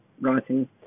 writing